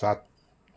सात